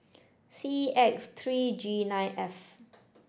C X three G nine F